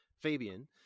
Fabian